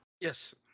Yes